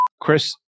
Chris